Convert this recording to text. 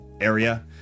area